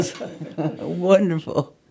wonderful